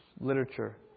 literature